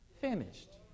finished